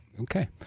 Okay